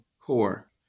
core